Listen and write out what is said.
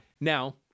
Now